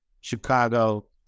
Chicago